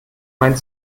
mein